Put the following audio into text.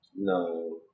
No